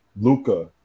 Luca